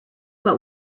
what